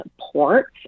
ports